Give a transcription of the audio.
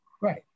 Right